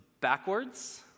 backwards